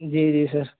جی جی سر